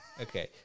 Okay